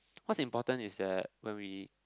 what's important is that when we